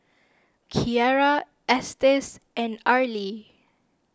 Kierra Estes and Arly